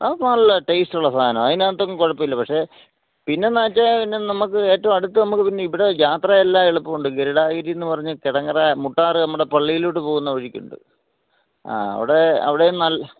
അത് നല്ല ടേസ്റ്റ് ഉള്ള സാധനമാണ് അതിനകത്തൊന്നും കുഴപ്പമില്ല പക്ഷേ പിന്നെ മറ്റേ പിന്നെ നമുക്ക് ഏറ്റവും അടുത്ത് നമുക്ക് പിന്നെ ഇവിടെ യാത്ര എല്ലാ എളുപ്പമുണ്ട് ഗരുഡാഗിരി എന്ന് പറഞ്ഞ് കിടങ്ങറ മുട്ടാർ നമ്മുടെ പള്ളിയിലോട്ട് പോകുന്ന വഴിക്കുണ്ട് ആ അവിടെ അവിടെയും നല്